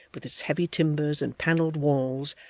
with its heavy timbers and panelled walls,